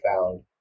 found